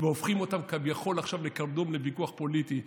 והופכים אותם כביכול עכשיו לקרדום לוויכוח פוליטי.